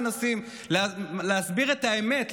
כולם מנסים להסביר את האמת,